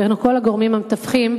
בין כל הגורמים המתווכים,